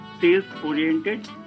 sales-oriented